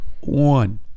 one